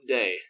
day